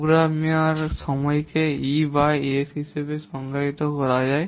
প্রোগ্রামারের সময়কে E ভাগ S হিসাবে সংজ্ঞায়িত করা হয়